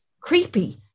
creepy